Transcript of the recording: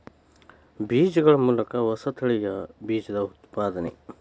ಬೇಜಗಳ ಮೂಲಕ ಹೊಸ ತಳಿಯ ಬೇಜದ ಉತ್ಪಾದನೆ